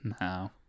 no